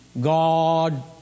God